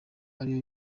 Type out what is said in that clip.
ariyo